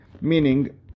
meaning